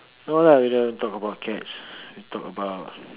no lah we don't talk about cats we talk about